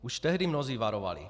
Už tehdy mnozí varovali.